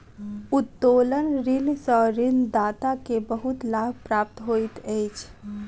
उत्तोलन ऋण सॅ ऋणदाता के बहुत लाभ प्राप्त होइत अछि